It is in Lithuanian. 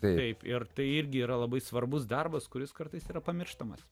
taip ir tai irgi yra labai svarbus darbas kuris kartais yra pamirštamas